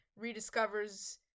rediscovers